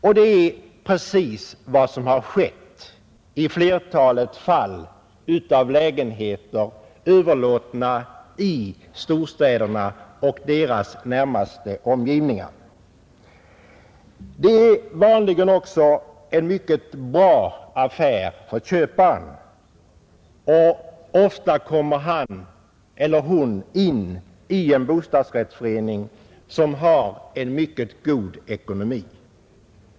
Det är prcis vad som har skett i flertalet fall då lägenheter i storstäderna och deras närmaste omgivningar överlåtits. De är vanligen också en mycket bra affär för köparen. Ofta kommer köparen in som medlem i en bostadsrättsförening med en välordnad ekonomi.